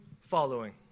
following